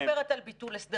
אני לא מדברת על ביטול הסדרים.